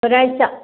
ഒരാഴ്ച